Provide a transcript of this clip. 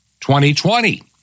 2020